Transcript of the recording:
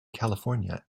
california